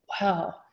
wow